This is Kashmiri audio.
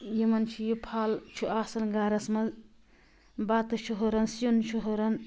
یِمن چھُ یہِ پھَل چھُ آسان گھرس منٛز بتہٕ چھُ ہُران سِیٛن چھُ ہُران